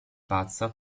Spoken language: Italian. pazza